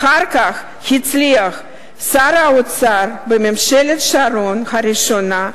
אחר כך הצליח שר האוצר בממשלת שרון הראשונה,